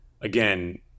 again